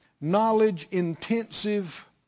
knowledge-intensive